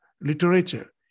literature